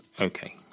okay